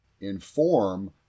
inform